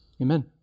amen